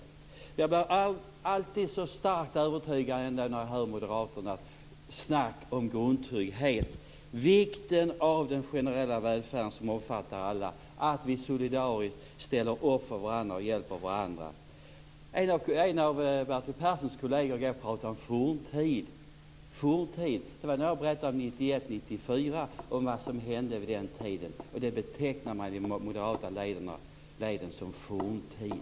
När jag hör moderaternas snack om grundtrygghet blir jag alltid lika starkt övertygad om vikten av den generella välfärden som omfattar alla, att vi solidariskt ställer upp för varandra och hjälper varandra. En av Bertil Perssons kolleger talade om forntid. Det gjorde han när jag berättade vad som hände tiden 1991-1994. Det betecknar man i de moderata leden som forntid.